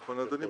נכון, אדוני.